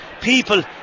people